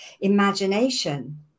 imagination